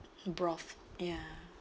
broth ya